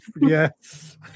Yes